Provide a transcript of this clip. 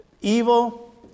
evil